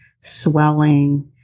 swelling